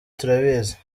turabizi